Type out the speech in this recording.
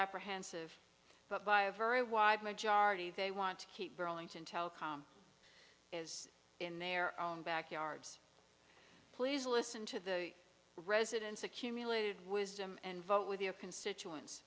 apprehensive but by a very wide majority they want to keep burlington telecom in their own backyards please listen to the residents accumulated wisdom and vote with your constituents